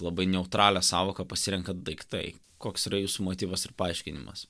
labai neutralią sąvoką pasirenkat daiktai koks yra jūsų motyvas ir paaiškinimas